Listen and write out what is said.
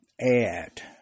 add